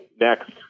next